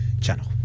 channel